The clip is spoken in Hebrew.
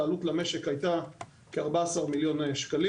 העלות למשק הייתה כ-14,000,000 ₪.